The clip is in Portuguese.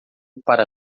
para